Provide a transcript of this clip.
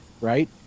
Right